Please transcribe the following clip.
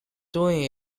doing